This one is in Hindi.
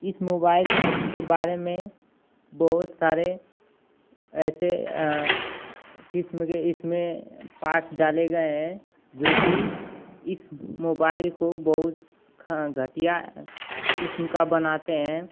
इस मोबाइल के बारे में बहुत सारे ऐसे किस्म के इसमें पार्ट डाले गए हैं जोकि इस मोबाइल को बहुत घटिया किस्म का बनाते हैं